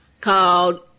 Called